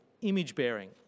image-bearing